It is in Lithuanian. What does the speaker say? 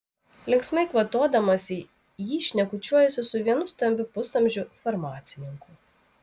linksmai kvatodamasi jį šnekučiuojasi su vienu stambiu pusamžiu farmacininku